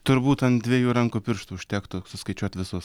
turbūt ant dviejų rankų pirštų užtektų suskaičiuot visus